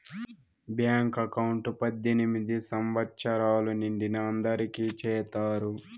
bank account పద్దెనిమిది సంవచ్చరాలు నిండిన అందరికి చేత్తారు